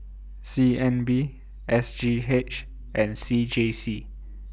C N B S G H and C J C